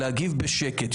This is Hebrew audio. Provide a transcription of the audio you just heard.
להגיב בשקט.